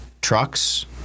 Trucks